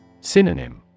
Synonym